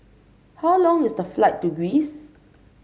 how long is the flight to Greece